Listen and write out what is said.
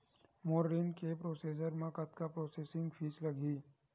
मोर ऋण के प्रोसेस म कतका प्रोसेसिंग फीस लगही?